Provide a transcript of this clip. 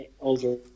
over